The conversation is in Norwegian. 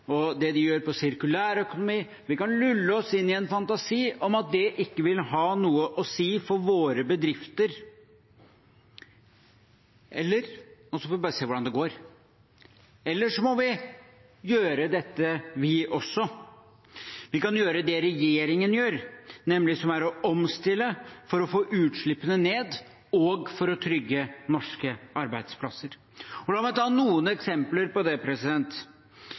og det de gjør på sirkulærøkonomi, ikke vil ha noe å si for våre bedrifter – og så bare se hvordan det går – eller så må vi gjøre dette, vi også. Vi kan gjøre det regjeringen gjør, som nemlig er å omstille for å få utslippene ned og for å trygge norske arbeidsplasser. La meg ta noen eksempler på det.